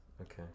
Okay